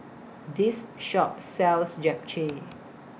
This Shop sells Japchae